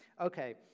Okay